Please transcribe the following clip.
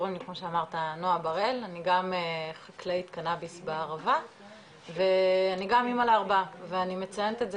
אני גם חקלאית קנאביס בערבה ואני גם אמא לארבעה ואני מציינת את זה